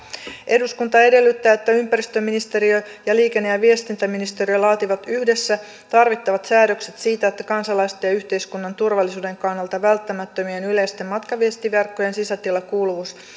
eduskunta edellyttää että ympäristöministeriö ja liikenne ja viestintäministeriö laativat yhdessä tarvittavat säädökset siitä että kansalaisten ja yhteiskunnan turvallisuuden kannalta välttämättömien yleisten matkaviestinverkkojen sisätilakuuluvuus